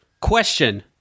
Question